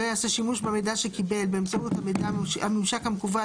לא יעשה שימוש במידע שקיבל באמצעות הממשק המקוון,